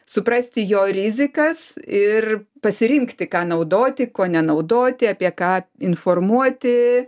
suprasti jo rizikas ir pasirinkti ką naudoti ko nenaudoti apie ką informuoti